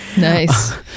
Nice